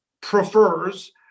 prefers